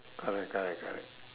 correct correct correct